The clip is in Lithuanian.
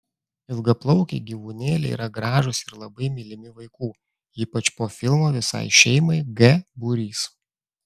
ilgaplaukiai gyvūnėliai yra gražūs ir labai mylimi vaikų ypač po filmo visai šeimai g būrys